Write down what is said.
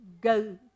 go